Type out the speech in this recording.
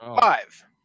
five